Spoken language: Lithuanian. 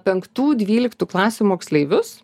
penktų dvyliktų klasių moksleivius